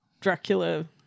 Dracula